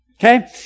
Okay